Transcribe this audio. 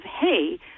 hey